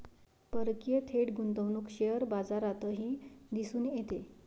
परकीय थेट गुंतवणूक शेअर बाजारातही दिसून येते